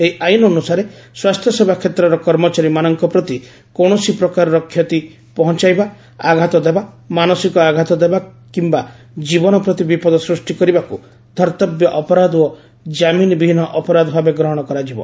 ଏହି ଆଇନ୍ ଅନୁସାରେ ସ୍ପାସ୍ଥ୍ୟ ସେବା କ୍ଷେତ୍ରର କର୍ମଚାରୀମାନଙ୍କ ପ୍ରତି କୌଣସି ପ୍ରକାରର କ୍ଷତି ପହଞ୍ଚାଇବା ଆଘାତ ଦେବା ମାନସିକ ଆଘାତ ଦେବା କିମ୍ବା ଜୀବନ ପ୍ରତି ବିପଦ ସୃଷ୍ଟି କରିବାକୁ ଧର୍ଭବ୍ୟ ଅପରାଧ ଓ କାମିନ୍ ବିହୀନ ଅପରାଧ ଭାବେ ଗ୍ରହଣ କରାଯିବ